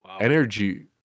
Energy